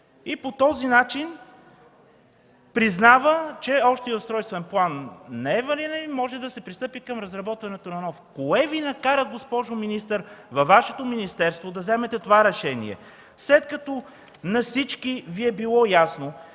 и по този начин признава, че общият устройствен план не е валиден и може да се пристъпи към изработването на нов. Кое Ви накара, госпожо министър, във Вашето министерство да вземете това решение, след като на всички Ви е било ясно,